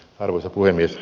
arvoisa puhemies